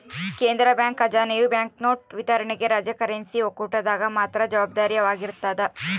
ಕೇಂದ್ರ ಬ್ಯಾಂಕ್ ಖಜಾನೆಯು ಬ್ಯಾಂಕ್ನೋಟು ವಿತರಣೆಗೆ ರಾಜ್ಯ ಕರೆನ್ಸಿ ಒಕ್ಕೂಟದಾಗ ಮಾತ್ರ ಜವಾಬ್ದಾರವಾಗಿರ್ತದ